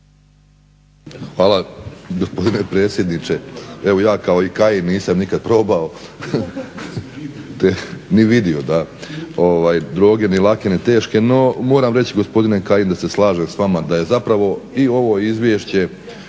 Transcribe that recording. Hvala gospodine predsjedniče. Evo ja kao i Kajin nisam nikad probao ni vidio droge ni lake ni teške, no moram reći gospodine Kajin da se slažem s vama da je zapravo i ovo izvješće